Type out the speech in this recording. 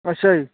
ਅੱਛਾ ਜੀ